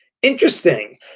Interesting